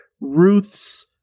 Ruth's